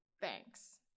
Thanks